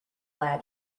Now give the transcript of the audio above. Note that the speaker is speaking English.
lad